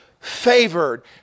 favored